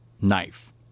knife